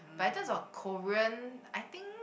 but in terms of Korean I think